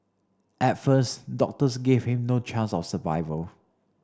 at first doctors gave him no chance of survival